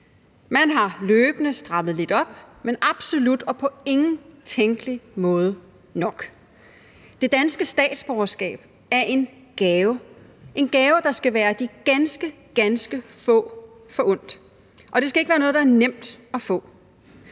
Man har løbende strammet lidt op, men absolut og på ingen tænkelig måde nok. Det danske statsborgerskab er en gave, en gave, der skal være de ganske, ganske få forundt, og det skal ikke være noget, der er nemt at få.